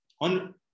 on